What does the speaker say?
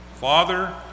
Father